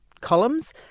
columns